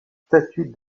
statues